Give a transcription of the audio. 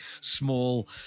small